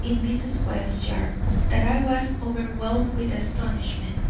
in mrs. webb's yard that i was overwhelmed with astonishment,